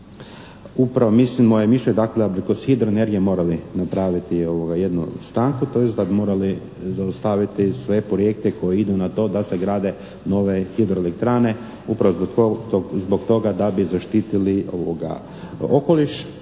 upravo moje mišljenje da bi kroz hidroenergije morali napraviti jednu stanku tj. da mi morali zaustaviti sve projekte koji idu na to da se grade nove hidroelektrane, upravo zbog toga da bi zaštitili okoliš.